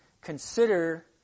consider